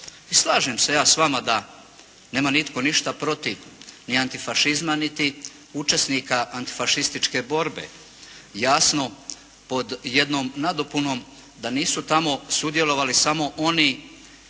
slažem se ja s vama da nema nitko ništa protiv ni antifašizma niti učesnika antifašističke borbe, jasno pod jednom nadopunom da nisu tamo sudjelovali samo oni